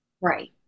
Right